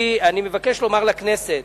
אני מבקש לומר לכנסת